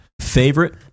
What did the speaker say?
favorite